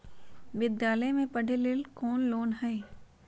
विद्यालय में पढ़े लेल कौनो लोन हई?